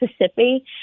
Mississippi